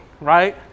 right